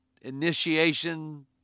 initiation